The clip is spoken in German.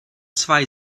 zwei